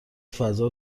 فضا